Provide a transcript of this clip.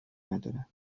ندارن